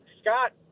Scott